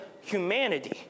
humanity